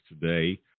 today